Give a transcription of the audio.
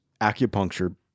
acupuncture